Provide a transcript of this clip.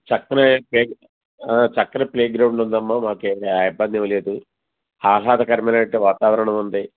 చక్కని ప్లే చక్కన ప్లేగ్రౌండ్ ఉంది అమ్మా మాకు ఏమి ఆ ఇబ్బంది ఏమిలేదు ఆహ్లాదకరమైనటువంటి వాతావరణం ఉంది